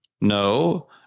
no